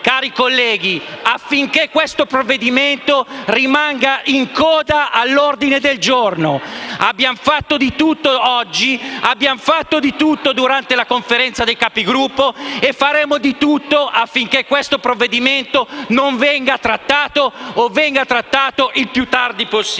cari colleghi, affinché questo provvedimento rimanga in coda all'ordine del giorno. Abbiamo fatto di tutto oggi, abbiamo fatto di tutto durante la Conferenza dei Capigruppo e faremo di tutto affinché questo provvedimento non venga trattato o venga trattato il più tardi possibile.